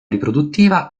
riproduttiva